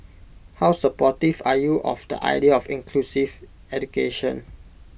how supportive are you of the idea of inclusive education